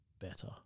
better